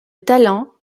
talents